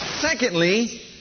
Secondly